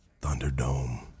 Thunderdome